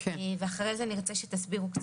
ואחרי כן נרצה שתסבירו קצת: